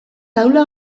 taula